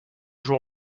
jour